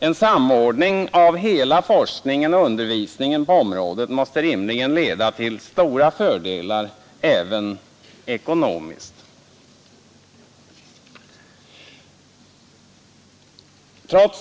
En samordning av hela forskningen och undervisningen på området måste rimligen leda till stora fördelar även ekonomiskt.